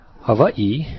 Hawaii